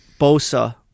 Bosa